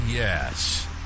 Yes